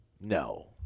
No